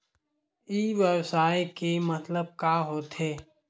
ई व्यवसाय के मतलब का होथे?